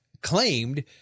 claimed